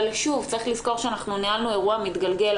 אבל שוב, צריך לזכור שאנחנו ניהלנו אירוע מתגלגל.